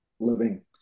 living